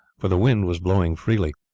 for the wind was blowing freely.